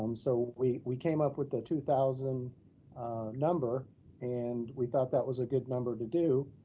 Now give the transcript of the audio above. um so we we came up with the two thousand number and we thought that was a good number to do.